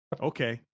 Okay